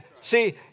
See